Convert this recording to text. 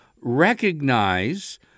recognize